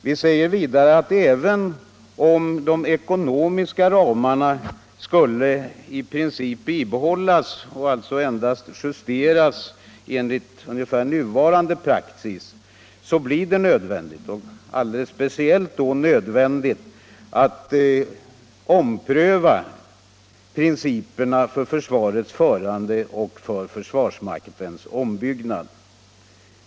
Vidare säger vi att även om de ekonomiska ramarna skulle i princip bibehållas, och alltså endast justeras enligt ungefär nuvarande praxis, blir det nödvändigt — kanske alldeles speciellt nödvändigt — att ompröva principerna för försvarets förande och försvarsmaktens uppbyggnad.